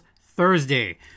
Thursday